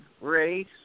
race